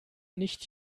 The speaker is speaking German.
nicht